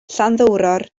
llanddowror